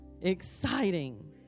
exciting